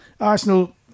Arsenal